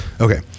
Okay